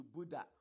Buddha